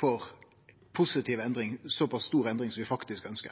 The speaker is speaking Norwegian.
for positiv endring, ei så pass stor endring som vi faktisk